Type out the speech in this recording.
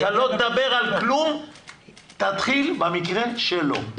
אתה לא תדבר על כלום אלא תתחיל לדבר על המקרה שלו.